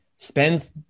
spends